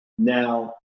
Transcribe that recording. Now